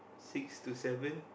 six to seven